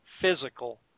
physical